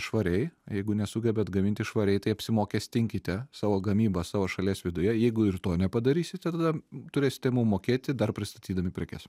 švariai jeigu nesugebat gaminti švariai tai apsimokestinkite savo gamybą savo šalies viduje jeigu ir to nepadarysite tada turėsite mum mokėti dar pristatydami prekes